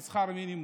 עם שכר מינימום,